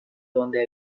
donde